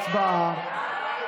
הצבעה.